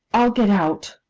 i'll get out